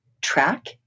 track